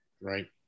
Right